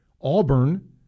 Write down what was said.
Auburn